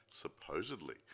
supposedly